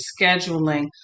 scheduling